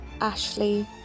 Ashley